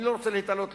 אני לא רוצה להיתלות,